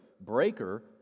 breaker